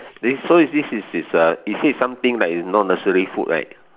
this so this this is uh you said something like you know nursery food right